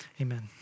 Amen